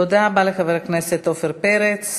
תודה רבה לחבר הכנסת עפר פרץ.